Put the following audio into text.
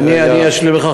אני אשלים לך,